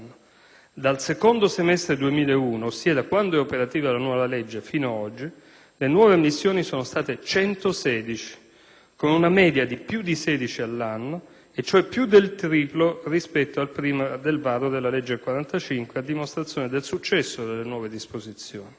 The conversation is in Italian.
Dalsecondo semestre 2001, ossia da quando è operativa la nuova legge fino ad oggi, le nuove ammissioni sono state 116, con una media di più di sedici all'anno e cioè più del triplo rispetto a prima del varo della legge n. 45 del 2001, a dimostrazione del successo delle nuove disposizioni.